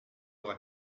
vrai